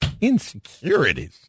Insecurities